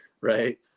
right